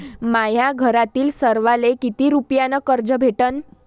माह्या घरातील सर्वाले किती रुप्यान कर्ज भेटन?